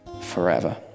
forever